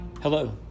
Hello